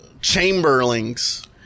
chamberlings